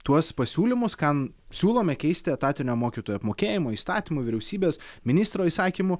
tuos pasiūlymus ką siūlome keisti etatinio mokytojų apmokėjimo įstatymu vyriausybės ministro įsakymu